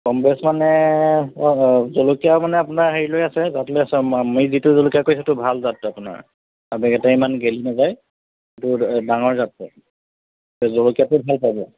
কম বেছ মানে অঁ জলকীয়া মানে আপোনাৰ হেৰি লৈ আছে জাত লৈ আছে মই যিটো জলকীয়া কৈছোঁ সেইটো ভাল জাতটো আপোনাৰ আৰু বেগেতে ইমান গেলি নাযায় সেইটো ডাঙৰ জাতৰ জলকীয়াটো ভাল পাব